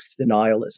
denialism